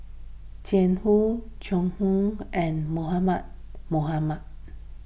Jiang Hu Joan Hon and Mohamed Mohamed